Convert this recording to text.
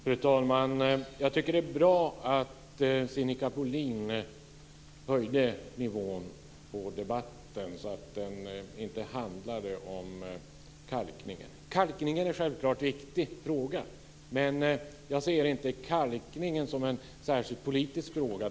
Fru talman! Jag tycker det är bra att Sinikka Bohlin höjde nivån på debatten så att den inte handlade om kalkningen. Kalkningen är självklart en viktig fråga, men jag ser inte kalkningen som en särskilt politisk fråga.